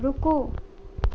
रुकू